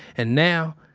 and now,